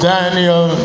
Daniel